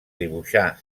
dibuixar